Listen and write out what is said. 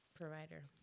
provider